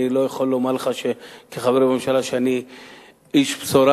אני לא יכול לומר לך כחבר בממשלה שאני איש בשורה,